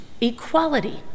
equality